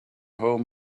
home